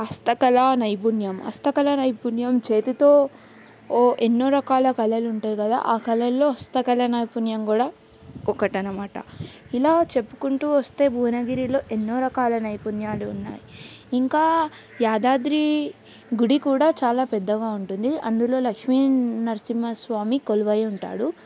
హస్త కళ నైపుణ్యం హస్త కళ నైపుణ్యం చేతితో ఎన్నో రకాల కళలు ఉంటాయి కదా ఆ కళల్లో హస్త కళ నైపుణ్యం కూడా ఒకటి అనమాట ఇలా చెప్పుకుంటూ వస్తే భువనగిరిలో ఎన్నో రకాల నైపుణ్యాలు ఉన్నాయి ఇంకా యాదాద్రి గుడి కూడా చాలా పెద్దగా ఉంటుంది అందులో లక్ష్మీ నరసింహ స్వామి కొలువై ఉంటాడు